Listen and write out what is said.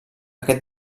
aquest